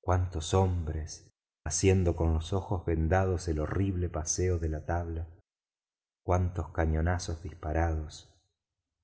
cuantos hombres haciendo con los ojos vendados el horrible paseo de la tabla cuantos cañonazos disparados